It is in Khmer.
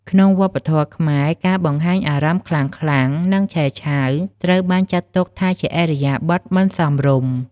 ក្នុងវប្បធម៌៌ខ្មែរ ការបង្ហាញអារម្មណ៍ខ្លាំងៗ និង ឆេវឆាវត្រូវបានចាត់ទុកថាជាឥរិយាបថមិនសមរម្យ។